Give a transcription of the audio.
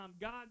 God